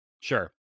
Sure